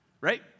right